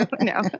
no